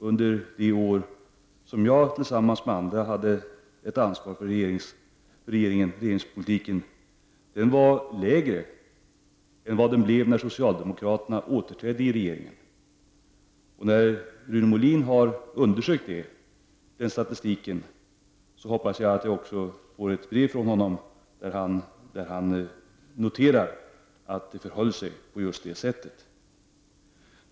Under de år då jag tillsammans med andra hade ett ansvar för regeringspolitiken var arbetslösheten lägre än vad den blev när socialdemokraterna återinträdde i regeringen. När Rune Molin har undersökt statistiken på det området, hoppas jag att jag får ett brev från honom där han noterar att det förhåller sig på just det sättet.